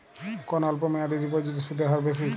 কোন অল্প মেয়াদি ডিপোজিটের সুদের হার বেশি?